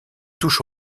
touche